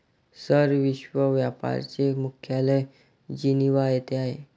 sir, विश्व व्यापार चे मुख्यालय जिनिव्हा येथे आहे